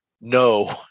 no